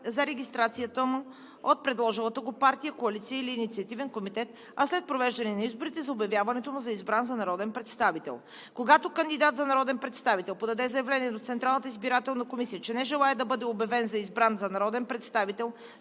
за регистрацията му от предложилата го партия, коалиция или инициативен комитет, а след произвеждане на изборите – за обявяването му за избран за народен представител. Когато кандидат за народен представител подаде заявление до Централната избирателна комисия, че не желае да бъде обявен за избран за народен представител,